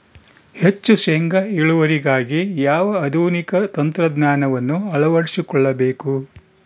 ಹೆಚ್ಚು ಶೇಂಗಾ ಇಳುವರಿಗಾಗಿ ಯಾವ ಆಧುನಿಕ ತಂತ್ರಜ್ಞಾನವನ್ನು ಅಳವಡಿಸಿಕೊಳ್ಳಬೇಕು?